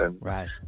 Right